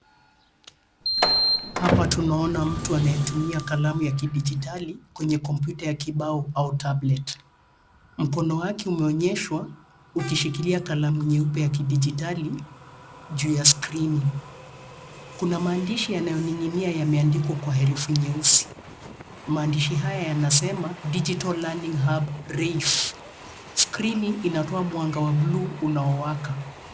Hapa tunaona mtu anayetumia kalamu ya kidijitali kwenye kompyuta ya kibao au tablet . Mkono wake umeonyeshwa ukishikilia kalamu nyeupe ya kidijitali juu ya screen . Kuna maandishi yanayoning'inia yameandikwa kwa herufi nyeusi. Maandishi haya yanasema Digital learning hub REIFF. screen inatoa mwanga wa bluu unaowaka.